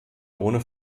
ohne